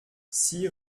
six